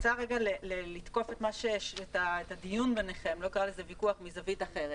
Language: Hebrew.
אני רוצה לתקוף את הדיון ביניכם מזווית אחרת.